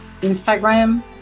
instagram